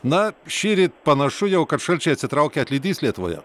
na šįryt panašu jau kad šalčiai atsitraukė atlydys lietuvoje